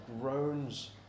groans